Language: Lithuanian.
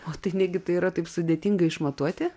o tai negi tai yra taip sudėtinga išmatuoti